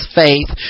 faith